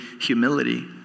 humility